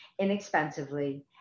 inexpensively